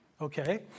Okay